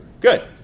Good